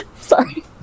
Sorry